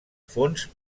fons